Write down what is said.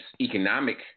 economic